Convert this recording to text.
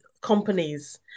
companies